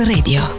Radio